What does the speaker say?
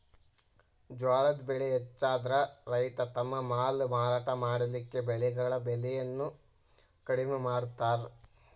ಜ್ವಾಳದ್ ಬೆಳೆ ಹೆಚ್ಚಾದ್ರ ರೈತ ತಮ್ಮ ಮಾಲ್ ಮಾರಾಟ ಮಾಡಲಿಕ್ಕೆ ಬೆಳೆಗಳ ಬೆಲೆಯನ್ನು ಕಡಿಮೆ ಮಾಡತಾರ್